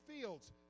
fields